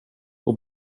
och